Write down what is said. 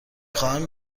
خواهم